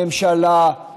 הממשלה,